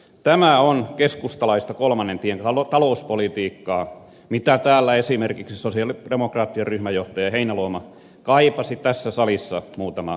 tämä on keskustalaista kolmannen tien talouspolitiikkaa mitä esimerkiksi sosialidemokraattien ryhmänjohtaja heinäluoma kaipasi tässä salissa muutama viikko sitten